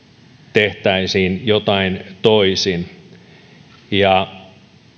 tehtäisiin jotain toisin ja